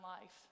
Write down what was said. life